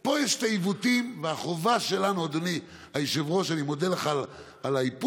בדקו את זה עוד פעם והוא לא קיבל יותר אלא הוא קיבל